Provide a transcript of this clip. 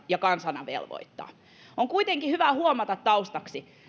ja kansana velvoittaa on kuitenkin hyvä huomata taustaksi